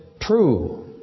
true